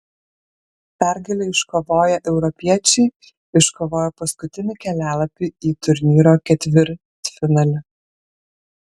pergalę iškovoję europiečiai iškovojo paskutinį kelialapį į turnyro ketvirtfinalį